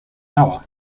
hour